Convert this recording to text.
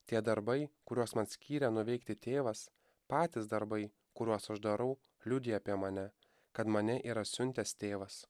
tie darbai kuriuos man skyrė nuveikti tėvas patys darbai kuriuos aš darau liudija apie mane kad mane yra siuntęs tėvas